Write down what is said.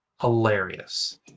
Hilarious